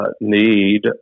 need